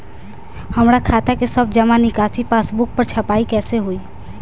हमार खाता के सब जमा निकासी पासबुक पर छपाई कैसे होई?